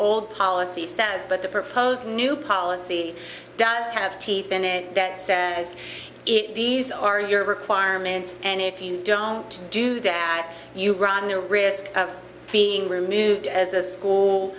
old policy says but the proposed new policy does have teeth in it that says it these are your requirements and if you don't do that you run the risk of being removed as a school